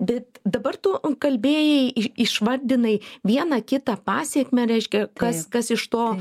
bet dabar tu kalbėjai ir išvardinai vieną kitą pasekmę reiškia kas kas iš to